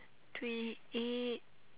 twenty eight